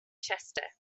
chester